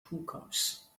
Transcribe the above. hookahs